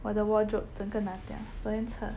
我的 wardrobe 整个拿掉昨天撤